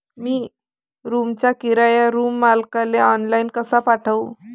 मी रूमचा किराया रूम मालकाले ऑनलाईन कसा पाठवू?